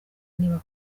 niba